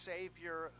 Savior